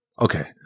okay